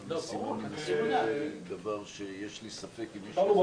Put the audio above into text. המשימות הן דבר שיש לי ספק אם מישהו יודע